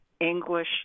English